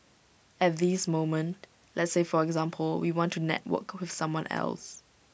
at this moment let's say for example we want to network with someone else